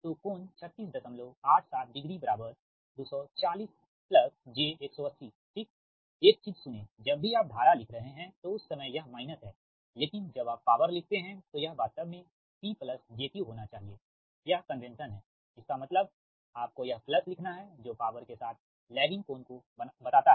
तो कोण 3687 डिग्री बराबर 240 j 180 ठीक एक चीज सुनें जब भी आप धारा लिख रहे है तो उस समय यह माइनस है लेकिन जब आप पॉवर लिखते है तो यह वास्तव में P j Q होना चाहिए यह कन्वेंशन हैइसका मतलब आपको यह प्लस लिखना है जो पॉवर के साथ लैगिंग कोण को बताता है